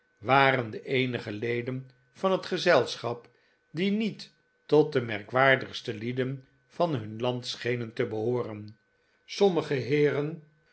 waren de eenige leden van het gezelschap die niet tot de merkwaardigste lieden van hun land schenen te behooren sommige heeren